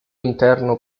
interno